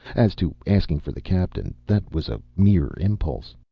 as to asking for the captain, that was a mere impulse.